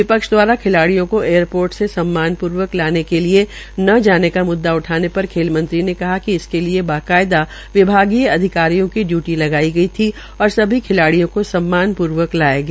विपक्ष दवारा खिलाडियों को एयरपोर्ट से सम्मान पूर्वक लाने के लिए न जाने का मुद्दा उठाने पर खेल मंत्री ने कहा कि इसके लिये बकायदा विभागीय अधिकारियों की डयूटी लगाई गई थी और किसी खिलाड़ियों को स्म्मान प्र्वक लाया गया